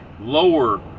lower